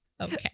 Okay